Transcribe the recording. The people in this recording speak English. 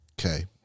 Okay